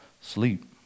sleep